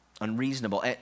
unreasonable